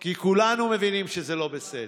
כי כולנו מבינים שזה לא בסדר.